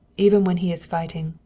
even when he is fighting.